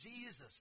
Jesus